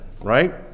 right